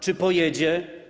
Czy pojedzie?